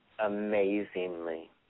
Amazingly